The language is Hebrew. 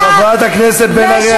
חברת הכנסת בן ארי,